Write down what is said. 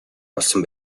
олсон